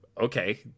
okay